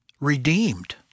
redeemed